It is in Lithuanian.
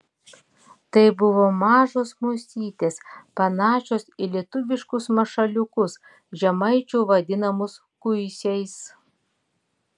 tai buvo mažos musytės panašios į lietuviškus mašaliukus žemaičių vadinamus kuisiais